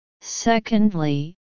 Secondly